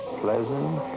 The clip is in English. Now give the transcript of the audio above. pleasant